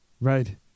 Right